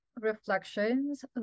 reflections